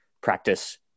practice